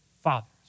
fathers